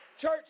Church